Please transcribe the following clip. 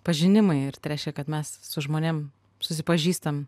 pažinimai ir tai reiškia kad mes su žmonėm susipažįstam